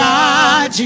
God